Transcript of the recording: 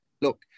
Look